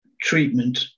treatment